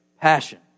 passion